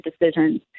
decisions